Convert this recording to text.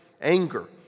anger